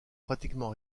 pratiquement